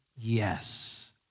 yes